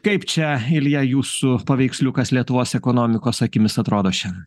kaip čia ilja jūsų paveiksliukas lietuvos ekonomikos akimis atrodo šiandien